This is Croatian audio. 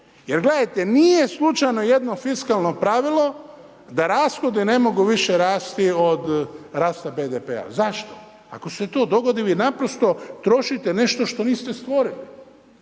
Jer gledajte, nije slučajno jedno fiskalno pravilo da rashodi ne mogu više rasti od rasta BDP-a, zašto? Ako se to dogodi vi naprosto trošite nešto što niste stvorili